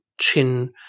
chin